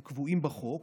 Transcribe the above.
הם קבועים בחוק.